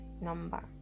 number